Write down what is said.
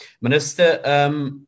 Minister